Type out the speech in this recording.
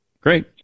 Great